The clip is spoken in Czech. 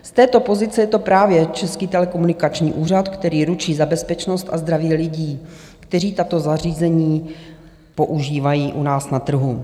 Z této pozice je to právě Český telekomunikační úřad, který ručí za bezpečnost a zdraví lidí, kteří tato zařízení používají u nás na trhu.